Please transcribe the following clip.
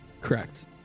Correct